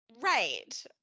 right